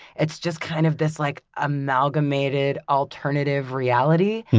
it's just kind of this like amalgamated alternative reality,